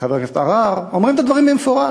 חבר הכנסת עראר, אומרים את הדברים במפורש.